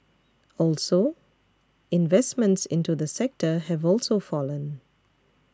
also investments into the sector have also fallen